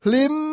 Lim